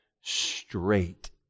straight